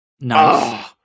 Nice